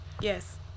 Yes